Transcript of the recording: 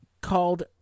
called